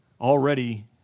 already